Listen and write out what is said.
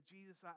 Jesus